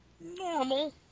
normal